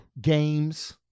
Games